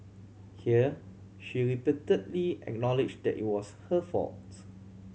here she repeatedly acknowledge that it was her faults